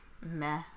meh